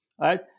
right